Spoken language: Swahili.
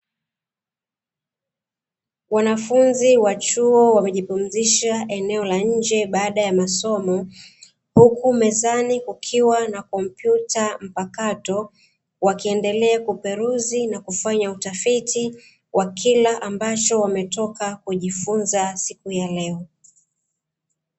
Wanafunzi wachuo wamejipumzisha eneo la nje baada ya masomo, huku mezani kukiwa na kompyuta mpakato; wakiendelea kuperuzi na kufanya utafiti wa kile ambacho wametoka kujifunza siku ya leo.